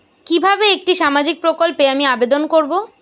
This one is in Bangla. কিভাবে একটি সামাজিক প্রকল্পে আমি আবেদন করব?